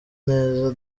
neza